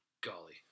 golly